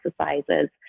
exercises